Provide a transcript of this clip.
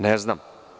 Ne znam.